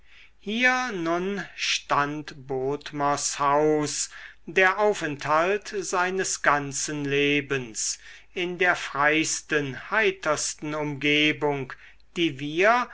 hier nun stand bodmers haus der aufenthalt seines ganzen lebens in der freisten heitersten umgebung die wir